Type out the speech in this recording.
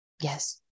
Yes